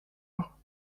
l’heure